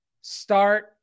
Start